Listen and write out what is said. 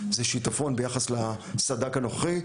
זה שיטפון ביחס לסד"כ הנוכחי,